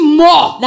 more